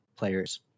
players